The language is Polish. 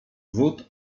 wód